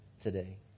today